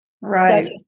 Right